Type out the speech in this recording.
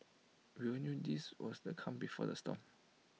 we all knew this was the calm before the storm